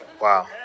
Wow